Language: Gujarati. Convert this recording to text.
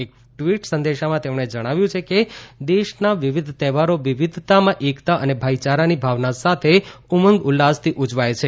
એક ટવીટ સંદેશામાં તેમણે જણાવ્યું કે દેશનાં વિવિધ તહેવારો વિવિધતામાં એકતા અને ભાઈચારાની ભાવના સાથે ઉમંગ ઉલ્લાસથી ઉજવાય છે